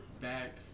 back